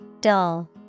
Dull